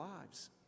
lives